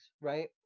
right